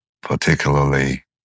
particularly